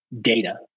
data